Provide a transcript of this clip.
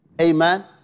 Amen